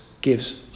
gives